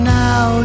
now